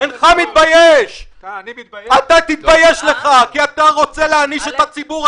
תתבייש לך כי אתה רוצה להעניש את הציבור,